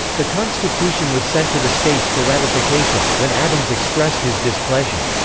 the constitution was sent to the states for ratification, when adams expressed his displeasure.